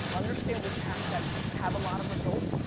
understand which hashtags have a lot of results,